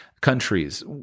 countries